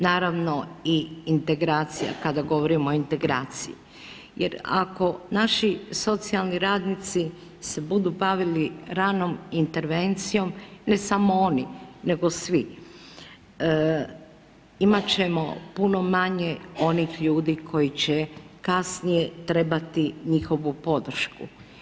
Naravno i integracija, kada govorimo o integraciji, jer ako naši socijalni radnici se budu bavili ranom intervencijom, ne samo oni nego svi, imat ćemo puno manje onih ljudi koji će kasnije trebati njihovu podršku.